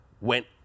went